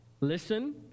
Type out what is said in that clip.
listen